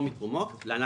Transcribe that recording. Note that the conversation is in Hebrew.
או מתרומות (להלן,